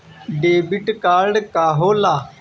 Debit card का होला?